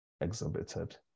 exhibited